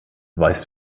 weißt